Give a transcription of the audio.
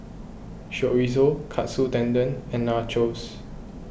Chorizo Katsu Tendon and Nachos